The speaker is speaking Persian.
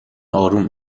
آروم